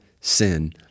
sin